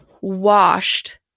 washed